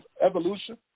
evolution